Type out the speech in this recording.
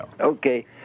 Okay